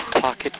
pocket